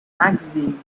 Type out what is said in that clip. magazine